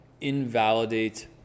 invalidate